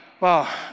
Wow